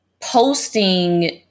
posting